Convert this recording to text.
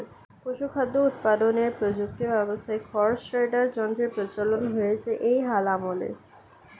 পশুখাদ্য উৎপাদনের প্রযুক্তি ব্যবস্থায় খড় শ্রেডার যন্ত্রের প্রচলন হয়েছে এই হাল আমলে